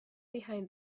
behind